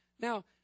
now